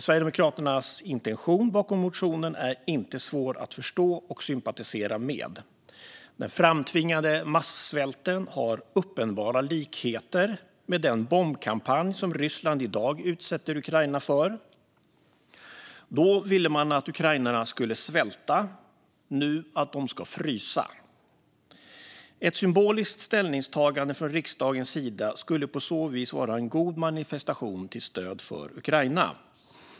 Sverigedemokraternas intention bakom motionen är inte svår att förstå och sympatisera med. Den framtvingade massvälten har uppenbara likheter med den bombkampanj som Ryssland i dag utsätter Ukraina för. Då ville man att ukrainarna skulle svälta, nu att de ska frysa. Ett symboliskt ställningstagande från riksdagens sida skulle på så vis vara en god manifestation till stöd för Ukraina.